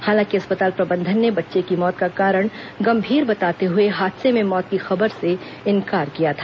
हालांकि अस्पताल प्रबंधन ने बच्चे की मौत का कारण गंभीर बीमारी बताते हुए हादसे में मौत की खबर से इंकार किया था